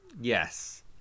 yes